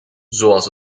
zoals